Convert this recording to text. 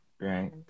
right